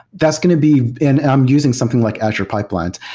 that's going to be and i'm using something like azure pipelines,